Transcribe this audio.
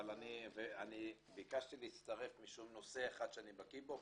אבל ביקשתי להצטרף לישיבה משום נושא אחד שאני בקיא בו.